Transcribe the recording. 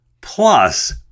Plus